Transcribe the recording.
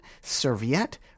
Serviette